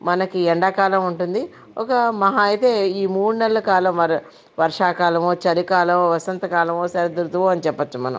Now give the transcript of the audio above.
మనకి ఎండాకాలం ఉంటుంది ఒక మహా అయితే ఈ మూడు నెలల కాలం వర్షాకాలం చలికాలం వసంతకాలం శరదృతువు అని చెప్పొచ్చు మనం